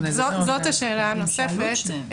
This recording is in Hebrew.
זאת השאלה הנוספת,